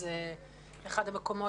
זה אחד המקומות